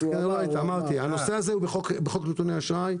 אמרתי שהנושא הזה מופיע בחוק נתוני אשראי,